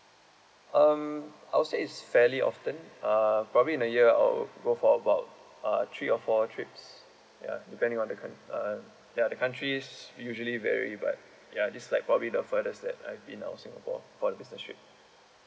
um I will say it's fairly often uh probably in a year I will go for about uh three or four trips ya depending on the coun~ uh ya the countries usually very broad ya this like probably the furthest that I've been out of singapore for a business trip